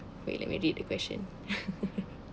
wait let me read the question